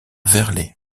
verlet